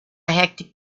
hectic